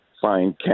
find